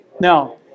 Now